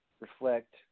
reflect